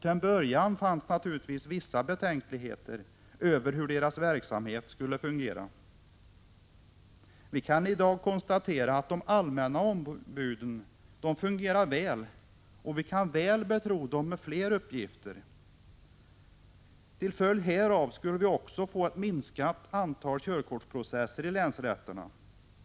Till en början fanns naturligtvis vissa betänkligheter över hur deras verksamhet skulle fungera. Vi kan i dag konstatera att de allmänna ombuden fungerar väl och att vi kan betro dem med fler uppgifter. Till följd härav skulle vi också få ett minskat antal körkortsprocesser i länsrätterna.